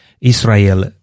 Israel